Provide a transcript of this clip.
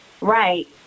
right